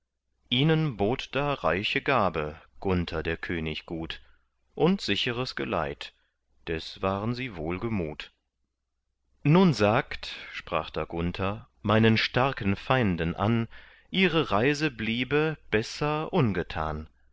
ihnen bot da reiche gabe gunther der könig gut und sicheres geleit des waren sie wohlgemut nun sagt sprach da gunther meinen starken feinden an ihre reise bliebe besser ungetan